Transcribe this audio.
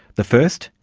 the first,